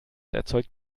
erzeugt